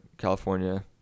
california